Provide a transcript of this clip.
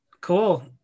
Cool